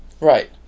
Right